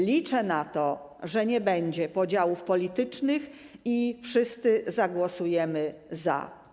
Liczę na to, że nie będzie podziałów politycznych i wszyscy zagłosujemy za.